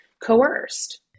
coerced